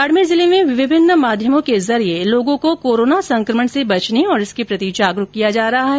बाडमेर जिले में विभिन्न माध्यमों के जरिये लोगों को कोरोना संकमण से बचने और इसके प्रति जागरूक किया जा रहा है